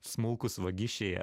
smulkūs vagišiai